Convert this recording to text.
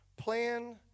Plan